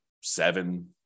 seven